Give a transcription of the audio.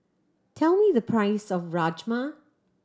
tell me the price of Rajma